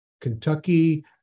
Kentucky